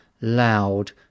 loud